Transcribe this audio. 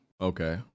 Okay